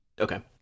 Okay